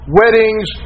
weddings